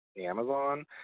Amazon